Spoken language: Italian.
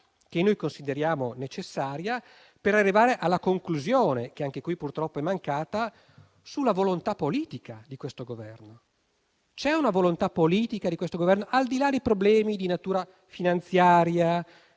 che consideriamo necessaria per arrivare alla conclusione (che anche in questo caso purtroppo è mancata) sulla volontà politica di questo Governo: c'è una volontà politica di questo Governo, al di là dei problemi di natura finanziaria,